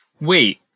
wait